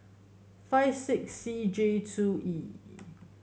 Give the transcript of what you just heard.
five six C J two E